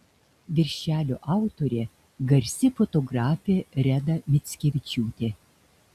viršelio autorė garsi fotografė reda mickevičiūtė